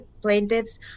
plaintiffs